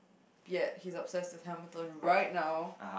ya he's obsessed with hammer tone right now